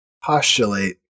postulate